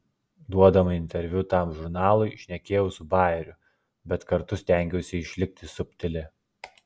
duodama interviu tam žurnalui šnekėjau su bajeriu bet kartu stengiausi išlikti subtili